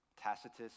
Tacitus